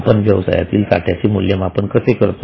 आपण व्यवसायातील साठयाचे मूल्यमापन कसे करतो